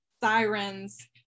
sirens